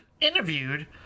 interviewed